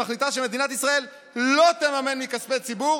שמחליטה שמדינת ישראל לא תממן מכספי ציבור